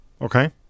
okay